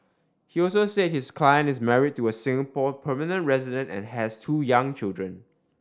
he also said his client is married to a Singapore permanent resident and has two young children